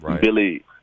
Billy